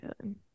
good